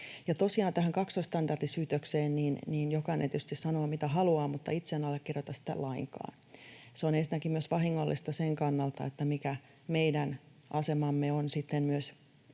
tähän kaksoisstandardisyytökseen jokainen tietysti sanoo, mitä haluaa, mutta itse en allekirjoita sitä lainkaan. Se on ensinnäkin vahingollista sen kannalta, mikä meidän asemamme on erityisesti